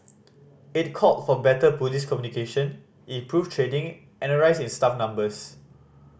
it called for better police communication improved training and a rise in staff numbers